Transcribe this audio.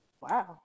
Wow